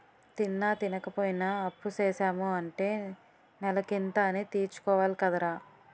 తిన్నా, తినపోయినా అప్పుసేసాము అంటే నెలకింత అనీ తీర్చుకోవాలి కదరా